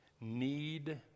need